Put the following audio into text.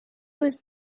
was